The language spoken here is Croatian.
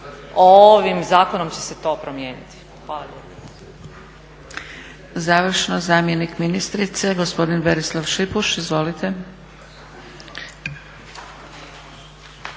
Ovim zakonom će se to promijeniti. Hvala